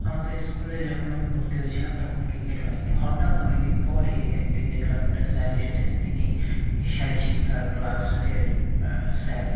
আমাদের স্কুলে যখন আমি ভর্তি হয়েছিলাম তখন ক্রিকেট হয়নি হঠাৎ অনেক দিন পরে একদিন দেখলাম একটা স্যার এসেছেন তিনি শরীরশিক্ষার ক্লাসের স্যার